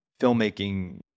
filmmaking